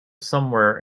somewhere